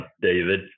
David